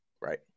Right